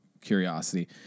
curiosity